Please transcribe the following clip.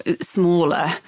smaller